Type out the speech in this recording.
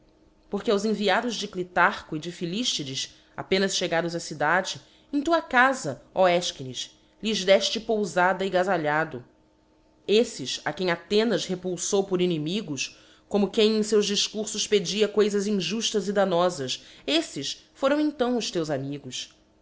que aos enviados de clitarcho e de phil iítides apenas chegados á cidade em tua cafa ó elctizziínes lhes deite poufada e gafalhado elves a quem athrenas repulfou por inimigos como quem em feus dilcw irfos pedia coifas injultas e damnolas eítes foram en zao os teus amigos